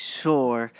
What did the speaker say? sure